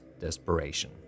desperation